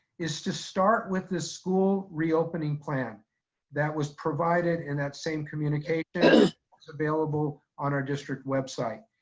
is to start with the school reopening plan that was provided in that same communication is available on our district website.